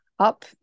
Up